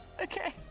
okay